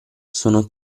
sono